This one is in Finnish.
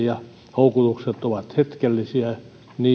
houkutukset ovat hetkellisiä ja